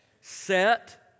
set